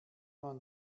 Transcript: man